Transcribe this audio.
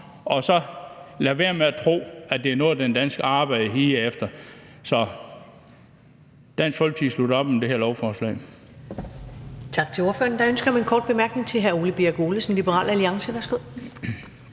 man lade være med at tro, at det er noget, som den danske arbejder higer efter. Dansk Folkeparti slutter op om det her lovforslag.